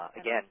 Again